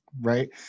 Right